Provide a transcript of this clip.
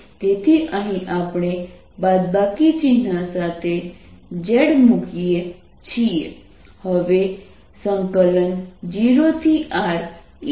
તેથી અહીં આપણે બાદબાકી ચિન્હ સાથે z મૂકી શકીએ છીએ